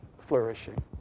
flourishing